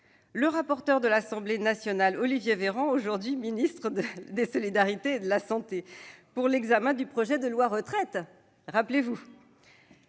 le rapporteur de l'Assemblée nationale, Olivier Véran, aujourd'hui ministre des solidarités et de la santé, pour l'examen du projet de loi instituant un